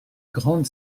grande